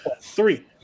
Three